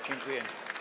Dziękuję.